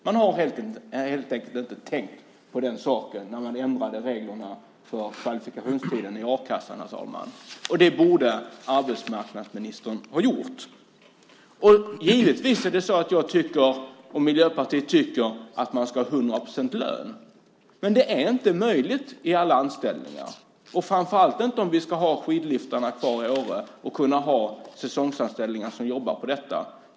Man hade helt enkelt inte tänkt på den saken när man ändrade reglerna för kvalifikationstiden i a-kassan, herr talman. Det borde arbetsmarknadsministern ha gjort. Givetvis tycker jag och Miljöpartiet att man ska ha 100 procent lön. Men det är inte möjligt i alla anställningar, framför allt inte om vi ska ha skidliftarna i Åre kvar och ha säsongsanställda som jobbar där.